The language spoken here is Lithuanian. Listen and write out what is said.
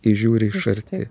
įžiūri iš arti